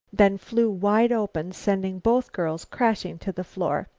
then flew wide open, sending both girls crashing to the floor.